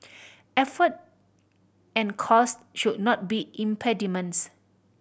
effort and cost should not be impediments